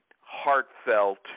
heartfelt